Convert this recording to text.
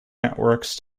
networks